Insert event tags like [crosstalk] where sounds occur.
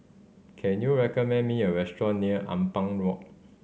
can you recommend me a restaurant near Ampang Walk [noise]